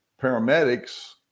paramedics